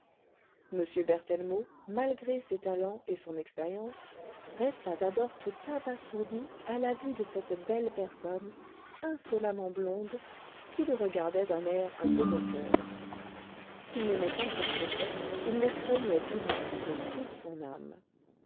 m berthellemot malgré ses talents et son expérience resta d'abord tout abasourdi à la vue de cette belle personne insolemment blonde qui le regardait d'un air un peu moqueur s'il n'aimait pas son préfet il le craignait du moins de toute son âme